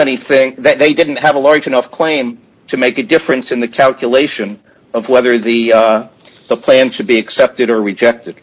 anything that they didn't have a large enough claim to make a difference in the calculation of whether the plan should be accepted or rejected